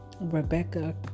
Rebecca